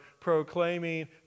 proclaiming